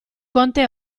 conte